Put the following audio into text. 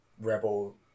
rebel